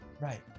Right